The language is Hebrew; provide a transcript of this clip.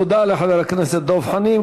תודה לחבר הכנסת דב חנין.